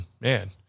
man